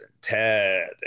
ted